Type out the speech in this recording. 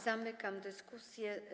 Zamykam dyskusję.